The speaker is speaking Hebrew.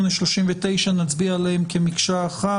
נצביע עליהן כמקשה אחת.